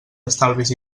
estalvis